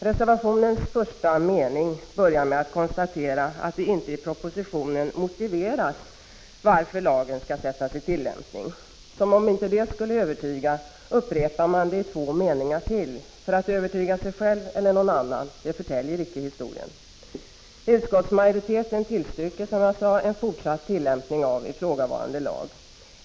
Reservationen börjar med att konstatera att det i propositionen inte motiveras varför lagen skall sättas i tillämpning. Som om inte det skulle övertyga upprepar man detta i två meningar till. Om för att övertyga sig själv eller någon annan förtäljer inte historien. Utskottsmajoriteten tillstyrker, som jag sade, en fortsatt tillämpning av ifrågavarande lag.